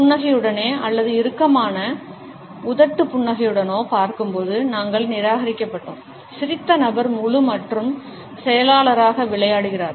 புன்னகையுடனோ அல்லது இறுக்கமான உதட்டு புன்னகையுடனோ பார்க்கும்போது நாங்கள் நிராகரிக்கப்பட்டோம் சிரித்த நபர் முழு மற்றும் செயலாளராக விளையாடுகிறார்